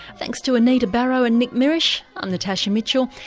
thanks to anita barraud and nick mirisch, i'm natasha mitchell,